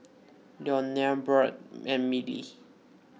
Leonore Budd and Mylee